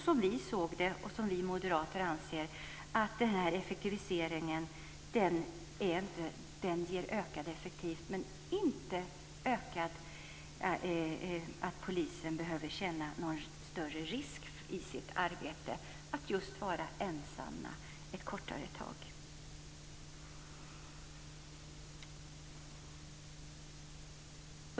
Som vi såg det, och som vi moderater ser det, medförde denna effektivisering inte att poliserna behövde känna någon ökad risk i sitt arbete bara för att de fick vara ensamma ett kortare tag.